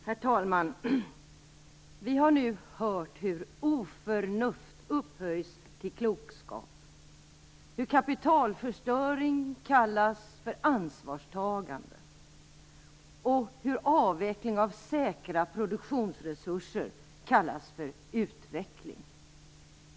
Herr talman! Vi har nu hört hur oförnuft upphöjs till klokskap, hur kapitalförstöring kallas för ansvarstagande och hur avveckling av säkra produktionsresurser kallas för utveckling.